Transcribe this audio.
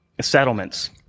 settlements